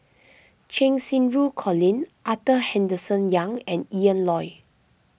Cheng Xinru Colin Arthur Henderson Young and Ian Loy